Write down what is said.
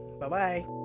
Bye-bye